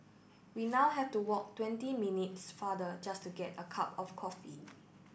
we now have to walk twenty minutes farther just to get a cup of coffee